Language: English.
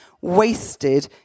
wasted